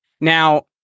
now